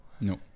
No